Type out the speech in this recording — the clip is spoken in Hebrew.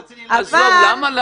אם זה לא רציני, למה היא מבזבזת זמן?